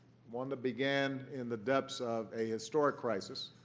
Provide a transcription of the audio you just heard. one that began in the depths of a historic crisis,